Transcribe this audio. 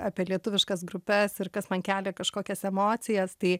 apie lietuviškas grupes ir kas man kelia kažkokias emocijas tai